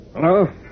Hello